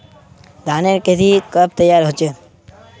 धानेर खेती कब तैयार होचे?